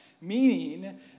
meaning